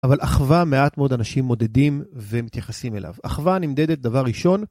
אבל אחווה מעט מאוד אנשים מודדים ומתייחסים אליו. אחווה נמדדת, דבר ראשון.